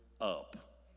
up